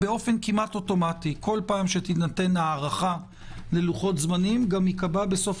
באופן כמעט אוטומטי כל פעם שתינתן הארכה ללוחות זמנים גם ייקבע בסוף